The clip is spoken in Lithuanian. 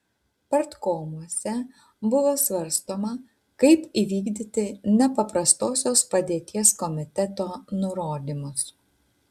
partkomuose buvo svarstoma kaip įvykdyti nepaprastosios padėties komiteto nurodymus